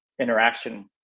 interaction